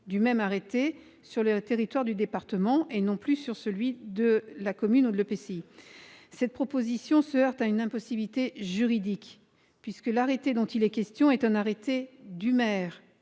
du même arrêté, sur le territoire du département, et non plus seulement sur le territoire de la commune ou de l'EPCI. Cette proposition se heurte à une impossibilité juridique, puisque l'arrêté dont il est question est un arrêté du maire